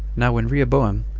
now when rehoboam,